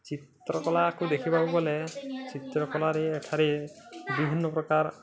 ଚିତ୍ରକଳାକୁ ଦେଖିବାକୁ ଗଲେ ଚିତ୍ରକଳାରେ ଏଠାରେ ବିଭିନ୍ନ ପ୍ରକାର